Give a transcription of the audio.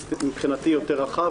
לקונטקסט מבחינתי יותר רחב,